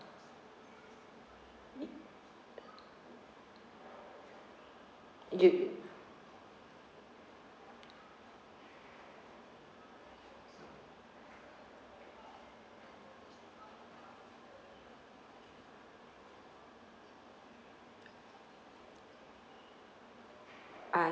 do